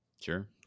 sure